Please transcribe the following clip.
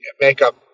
makeup